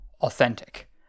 authentic